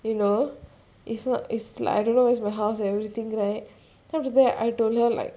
you know it's not is like I don't know where is my house and everything right then after that I told her like